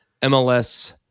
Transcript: MLS